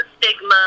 stigma